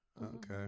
okay